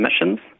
emissions